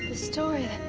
story.